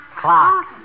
Clock